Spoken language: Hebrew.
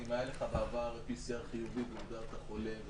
אם היה לך בעבר PCR חיובי והוגדרת חולה,